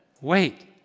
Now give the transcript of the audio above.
Wait